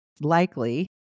likely